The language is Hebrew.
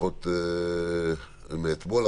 לפחות מאתמול,